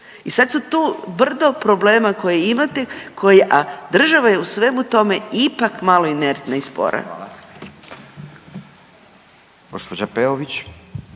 I sad su tu brdo problema koje imate, koji, a država je u svemu tomu ipak malo intertna i spora.